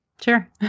Sure